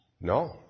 No